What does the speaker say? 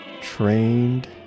trained